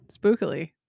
spookily